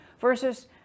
versus